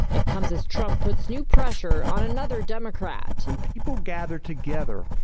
it comes as trump puts new pressure on another democrat when people gather together.